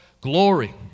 glory